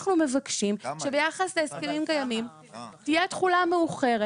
אנחנו מבקשים שביחס להסכמים קיימים תהיה תחולה מאוחרת.